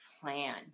plan